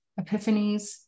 epiphanies